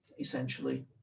essentially